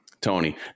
tony